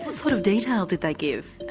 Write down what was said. sort of details did they give? oh,